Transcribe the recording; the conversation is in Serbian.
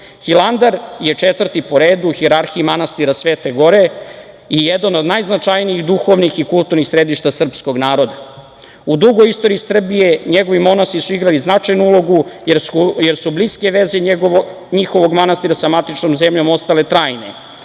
kulturi. Hilandar je četvrti po redu u hijerarhiji manastira Svete gore i jedan od najznačajnijih duhovnih i kulturnih središta srpskog naroda. U dugoj istoriji Srbije njegovi monasi su igrali značajnu ulogu, jer su bliske veze njihovog manastira sa matičnom zemljom ostale trajne. Veliki